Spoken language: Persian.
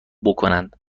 کنند